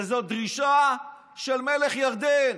וזאת דרישה של מלך ירדן.